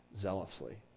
zealously